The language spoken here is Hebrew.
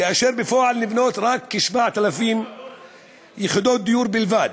ובפועל נבנות רק כ-7,000 יחידות דיור בלבד,